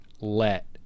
let